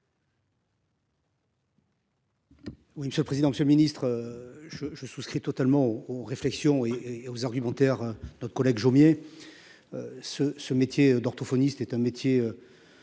Ou une ce président que ce ministre. Je je souscris totalement aux réflexions et aux argumentaires notre collègue Jomier. Ce, ce métier d'orthophoniste est un métier.